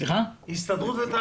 כמובן לאחר שזה עובר את אישור השר.